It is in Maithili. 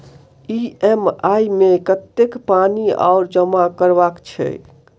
ई.एम.आई मे कतेक पानि आओर जमा करबाक छैक?